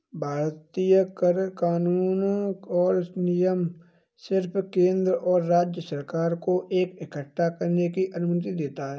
भारतीय कर कानून और नियम सिर्फ केंद्र और राज्य सरकार को कर इक्कठा करने की अनुमति देता है